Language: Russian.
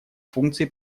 функций